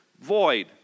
void